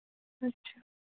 अच्छा